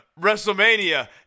WrestleMania